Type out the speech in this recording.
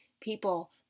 people